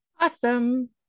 Awesome